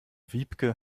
wiebke